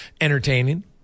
entertaining